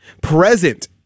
present